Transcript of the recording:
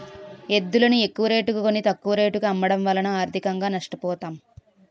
ఎద్దులును ఎక్కువరేటుకి కొని, తక్కువ రేటుకు అమ్మడము వలన ఆర్థికంగా నష్ట పోతాం